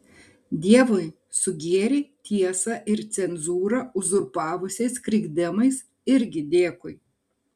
dievui su gėrį tiesą ir cenzūrą uzurpavusiais krikdemais irgi dėkui